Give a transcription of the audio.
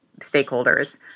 stakeholders